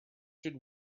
should